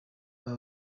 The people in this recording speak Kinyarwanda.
aba